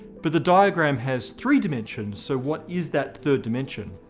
but the diagram has three dimensions, so what is that third dimension?